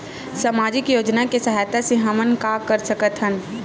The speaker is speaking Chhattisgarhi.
सामजिक योजना के सहायता से हमन का का कर सकत हन?